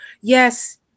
yes